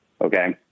okay